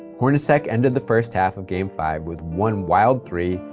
hornacek ended the first half of game five with one wild three,